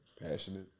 Passionate